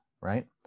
right